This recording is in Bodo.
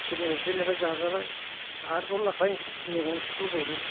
सोरनाबा सोरनाबा जाजाबाय आरोबाव लाफा ओंख्रि मैगंसो फोबावदों